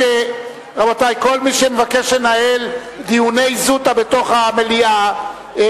כל מי שמבקש לנהל דיוני זוטא בתוך המליאה,